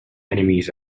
enemies